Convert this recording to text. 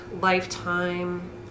lifetime